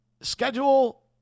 schedule